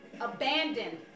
abandoned